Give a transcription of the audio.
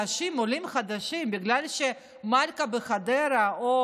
להאשים עולים חדשים בגלל שמלכה בחדרה או